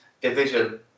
division